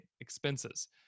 expenses